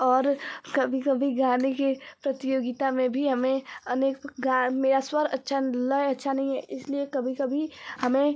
और कभी कभी गाने के प्रतियोगिता में भी हमें अनेक गा मेरा स्वर अच्छा लय अच्छा नहीं है इसलिए कभी कभी हमें